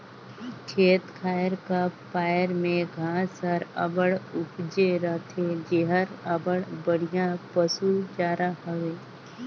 खेत खाएर का पाएर में घांस हर अब्बड़ उपजे रहथे जेहर अब्बड़ बड़िहा पसु चारा हवे